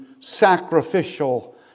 sacrificial